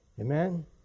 Amen